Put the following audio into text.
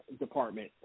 department